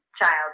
child